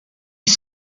est